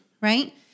right